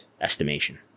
estimation